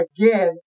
Again